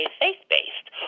faith-based